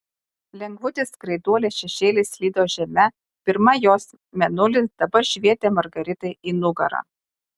lengvutis skraiduolės šešėlis slydo žeme pirma jos mėnulis dabar švietė margaritai į nugarą